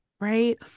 right